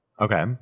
Okay